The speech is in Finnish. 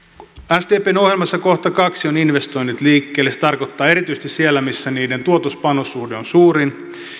sdpn ohjelmassa kohta kaksi on investoinnit liikkeelle se tarkoittaa erityisesti siellä missä niiden tuotos panos suhde on suurin